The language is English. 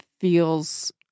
feels